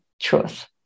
truth